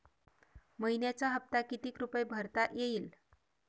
मइन्याचा हप्ता कितीक रुपये भरता येईल?